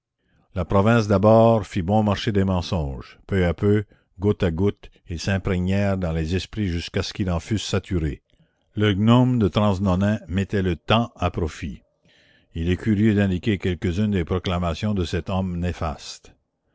la province d'abord fit bon marché des mensonges peu à peu goutte à goutte ils s'imprégnèrent dans les esprits jusqu'à ce qu'ils en fussent saturés le gnome de transnonain mettait le temps à profit il est curieux d'indiquer quelques-unes des proclamations de cet homme néfaste